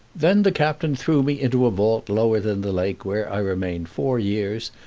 then the captain threw me into a vault lower than the lake, where i remained four years.